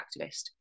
activist